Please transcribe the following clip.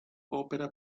ópera